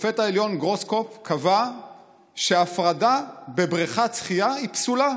שופט העליון גרוסקופף קבע שהפרדה בבריכת שחייה היא פסולה,